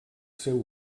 seu